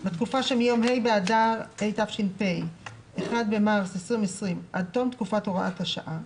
בתקופה שמיום ה' באדר התש"ף (1 במרס 2020) עד תום תקופת הוראת השעה,